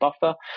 buffer